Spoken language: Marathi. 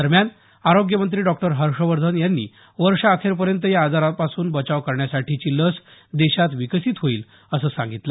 दरम्यान आरोग्य मंत्री डॉक्टर हर्षवर्धन यांनी वर्षअखेरपर्यंत या आजारापासून बचाव करण्यासाठीची लस देशात विकसित होईल असं सांगितलं